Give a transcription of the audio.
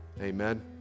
Amen